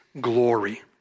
glory